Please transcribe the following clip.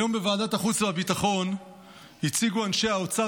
היום בוועדת החוץ והביטחון הציגו אנשי האוצר